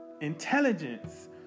Intelligence